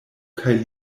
kaj